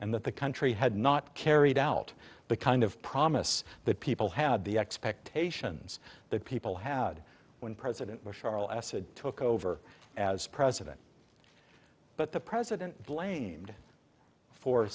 and that the country had not carried out the kind of promise that people had the expectations that people had when president bashar asad took over as president but the president blamed for